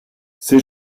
c’est